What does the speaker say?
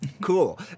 Cool